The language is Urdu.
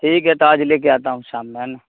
ٹھیک ہے تو آج لے کے آتا ہوں شام میں